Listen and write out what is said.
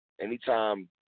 anytime